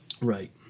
right